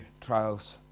trials